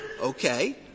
okay